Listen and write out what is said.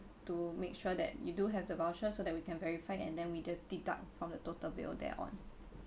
to make sure that you do have the voucher so that we can verify and then we just deduct from the total bill there on